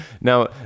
Now